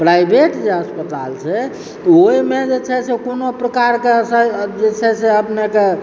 private जे अस्पताल छै ओइमे जे छै से कोनो प्रकारके जे छै से अपनेके